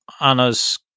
Anna's